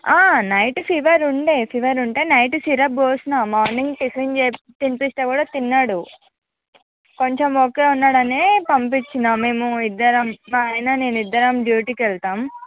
night fever ఉండే fever ఉంటే night syrup పోసిన మార్నింగ్ టిఫిన్ తినిపిస్తే కూడా తిన్నాడు కొంచెం ఓకే ఉన్నాడనే పంపించినాము మేము ఇద్దరం మా ఆయన నేను ఇద్దరం డ్యూటీకి వెళ్తాం